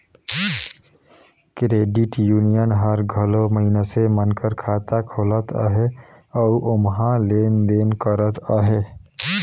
credit union हर घलो मइनसे मन कर खाता खोलत अहे अउ ओम्हां लेन देन करत अहे